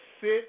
sit